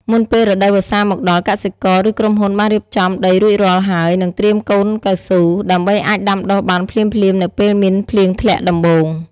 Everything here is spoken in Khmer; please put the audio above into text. មុនពេលរដូវវស្សាមកដល់ កសិករ ឬក្រុមហ៊ុនបានរៀបចំដីរួចរាល់ហើយ និងត្រៀមកូនកៅស៊ូ ដើម្បីអាចដាំដុះបានភ្លាមៗនៅពេលមានភ្លៀងធ្លាក់ដំបូង។